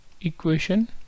Equation